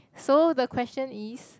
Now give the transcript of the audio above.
so the question is